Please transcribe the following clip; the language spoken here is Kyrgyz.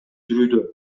жүрүүдө